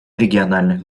региональных